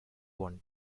one